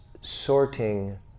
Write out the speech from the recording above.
sorting